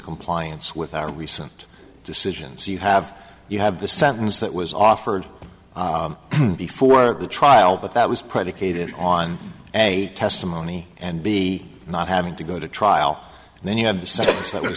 compliance with our recent decisions you have you have the sentence that was offered before the trial but that was predicated on a testimony and b not having to go to trial and then you have the sense that was